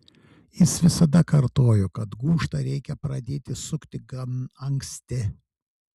jis visada kartojo kad gūžtą reikia pradėti sukti gan anksti